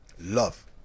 Love